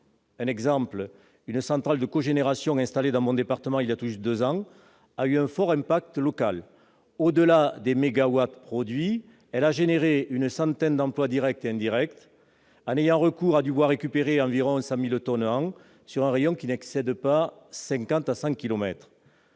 Par exemple, une centrale de cogénération installée dans mon département, voilà tout juste deux ans, a eu un fort impact local. Au-delà des mégawatts produits, elle a contribué à la création d'une centaine d'emplois directs et indirects en ayant recours à du bois récupéré, environ 100 000 tonnes par an, sur un rayon qui n'excède pas 50 à 100 kilomètres.